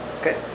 Okay